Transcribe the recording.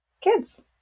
kids